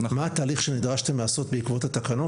מה התהליך שנדרשתם לעשות בעקבות התקנות?